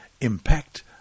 impact